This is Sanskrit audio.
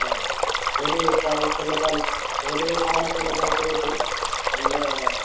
हा महोदय एकवारं क्षम्यतां महोदय एकवारं क्षम्यतां करोतु अन्या